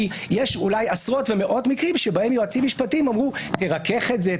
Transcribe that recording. כי יש אולי עשרות ומאות מקרים שבהם יועצים משפטיים אמרו: תרכך את זה,